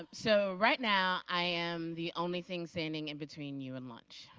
um so right now i am the only thing standing in between you and lunch.